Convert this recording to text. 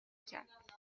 کرد